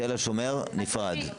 תל השומר, נפרד.